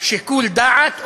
שיקול דעת,